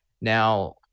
Now